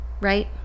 right